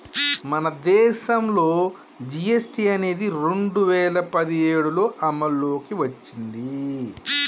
మన దేసంలో ఈ జీ.ఎస్.టి అనేది రెండు వేల పదిఏడులో అమల్లోకి ఓచ్చింది